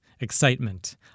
excitement